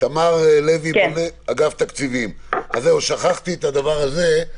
תמר, שכחתי את הדבר הזה.